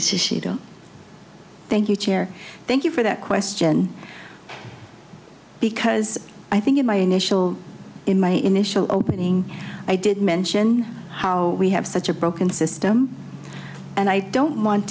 you don't thank you chair thank you for that question because i think in my initial in my initial opening i did mention how we have such a broken system and i don't want